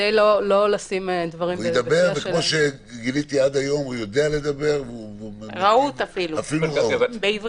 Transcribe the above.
והוא יודע לדבר והוא אפילו רהוט.